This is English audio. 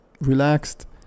relaxed